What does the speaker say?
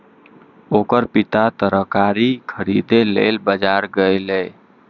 ओकर पिता तरकारी खरीदै लेल बाजार गेलैए